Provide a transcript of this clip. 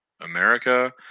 America